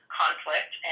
conflict